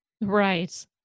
Right